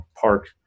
park